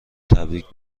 تبریک